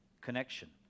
connection